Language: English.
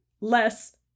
less